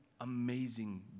amazing